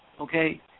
okay